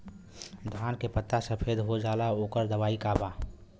धान के पत्ता सफेद हो जाला ओकर दवाई का बा?